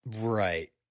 Right